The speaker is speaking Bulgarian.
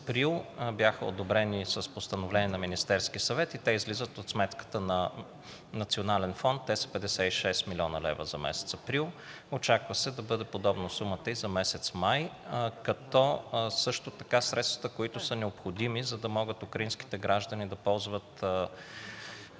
месец април, бяха одобрени с Постановление на Министерския съвет и те излизат от сметката на Националния фонд, те са 56 млн. лв. за месец април. Очаква се да бъде подобна сумата и за месец май, като средствата, които са необходими, за да могат украинските граждани да ползват